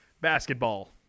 basketball